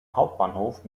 hauptbahnhof